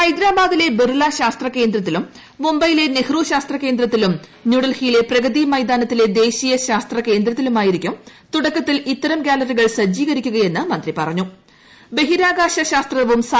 ഹൈദ്രാബാദിലെ ബിർല ശാസ്ത്ര കേന്ദ്രത്തിലും മുംബൈയിലെ നെഹ്റു ശാസ്ത്രകേന്ദ്രത്തിലും ന്യൂഡൽഹിയിലെ പ്രഗതി മൈതാനത്തിലെ ദേശീയ ശാസ്ത്രകേന്ദ്രത്തിലുമായിരിക്കും തുടക്കത്തിൽ ഇത്തരം ഗാലറികൾ സജ്ജീകരിക്കുകയെന്ന് ബഹിരാകാശ ശാസ്ത്രവും മന്ത്രി പറഞ്ഞു